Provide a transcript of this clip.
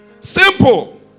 Simple